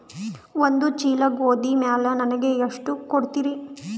ಒಂದ ಚೀಲ ಗೋಧಿ ಮ್ಯಾಲ ನನಗ ಎಷ್ಟ ಕೊಡತೀರಿ?